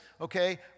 Okay